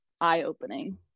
eye-opening